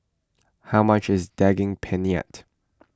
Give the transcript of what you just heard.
how much is Daging Penyet